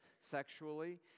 sexually